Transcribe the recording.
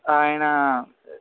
ఆయన